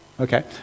Okay